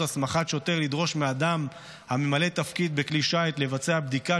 הסמכת שוטר לדרוש מאדם הממלא תפקיד בכלי שיט לבצע בדיקת